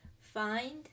Find